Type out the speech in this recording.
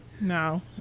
no